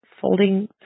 folding